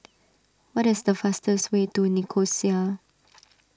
what is the fastest way to Nicosia